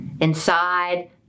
Inside